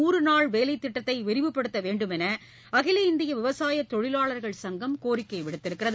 நாறு நாள் வேலைத் திட்டத்தை விரிவுபடுத்த வேண்டுமென அகில இந்திய விவசாயத் தொழிலாளர்கள் சங்கம் கோரிக்கை விடுத்துள்ளது